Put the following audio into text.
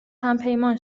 همپیمان